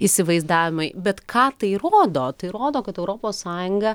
įsivaizdavimai bet ką tai rodo tai rodo kad europos sąjunga